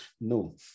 No